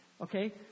Okay